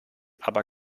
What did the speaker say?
aber